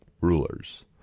rulers